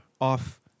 off